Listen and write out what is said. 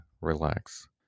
relax